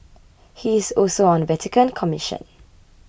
he is also on a Vatican commission